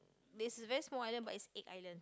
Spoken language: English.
it's a very small island but it's egg island